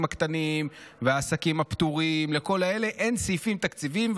הקטנים והעסקים הפטורים שלכל אלה אין סעיפים תקציביים.